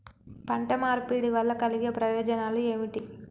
పంట మార్పిడి వల్ల కలిగే ప్రయోజనాలు ఏమిటి?